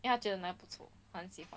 then 他觉得那个不错蛮 safe